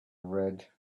red